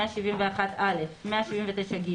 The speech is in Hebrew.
171א ו-179ג,